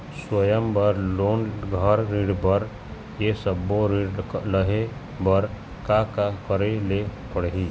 स्वयं बर लोन, घर बर ऋण, ये सब्बो ऋण लहे बर का का करे ले पड़ही?